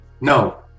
No